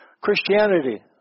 Christianity